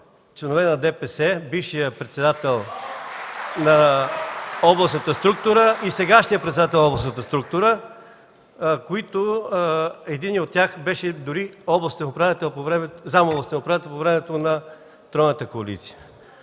Това са бившият председател на областната структура и сегашният председател на тази структура. Единият от тях беше дори заместник-областен управител по времето на тройната коалиция.